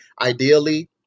ideally